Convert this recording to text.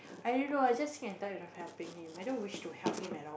i don't know I just sick and tired of helping him i don't wish to help him at all